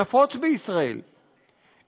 הנפוץ בישראל,